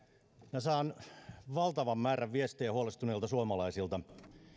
minä saan valtavan määrän viestejä huolestuneilta suomalaisilta